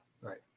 right